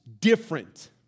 different